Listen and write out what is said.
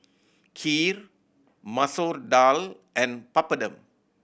Kheer Masoor Dal and Papadum